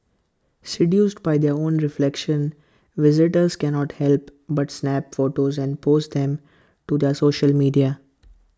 seduced by their own reflections visitors cannot help but snap photos and post them to their social media